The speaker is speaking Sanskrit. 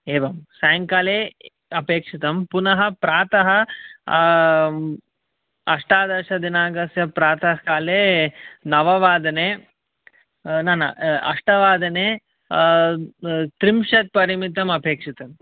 एवं सायङ्काले अपेक्षितं पुनः प्रातः अष्टादशदिनाङ्कस्य प्रातःकाले नववादने न न अष्टवादने त्रिंशत् परिमितम् अपेक्षितं